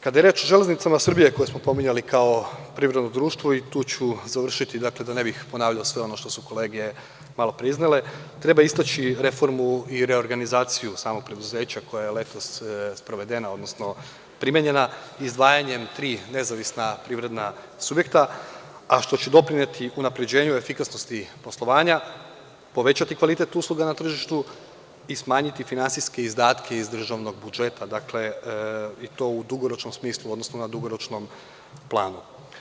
Kada je reč o „Železnicama Srbije“, koje smo pominjali kao privredno društvo, i tu ću završiti da ne bih ponavljao sve ono što su kolege malo pre iznele, treba istaći reformu i reorganizaciju samog preduzeća koje je letos sprovedena, odnosno primenjena, izdvajanjem tri nezavisna privredna subjekta, a što će doprineti unapređenjuefikasnosti poslovanja, povećati kvalitet usluga na tržištu i smanjiti finansijske izdatke iz državnog budžeta i to u dugoročnom smislu, odnosno na dugoročnom planu.